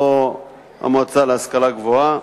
לא המועצה להשכלה גבוהה,